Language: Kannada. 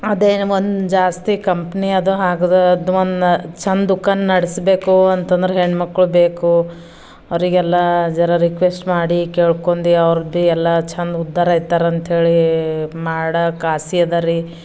ಅದೇ ಒಂದು ಜಾಸ್ತಿ ಕಂಪ್ನಿಯದ ಹಾಕ್ದ ಒಂದು ಚೆಂದ ದುಖಾನ್ ನಡೆಸಬೇಕು ಅಂತಂದ್ರ ಹೆಣ್ಣು ಮಕ್ಕಳು ಬೇಕು ಅವರಿಗೆಲ್ಲ ಜರ ರಿಕ್ವೆಸ್ಟ್ ಮಾಡಿ ಕೇಳ್ಕೊಂಡು ಅವ್ರು ಭೀ ಎಲ್ಲ ಚೆಂದ ಉದ್ಧಾರ ಆಯ್ತರ ಅಂತ ಹೇಳಿ ಮಾಡೋಕೆ ಆಸೆ ಅದ ರೀ